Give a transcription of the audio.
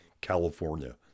California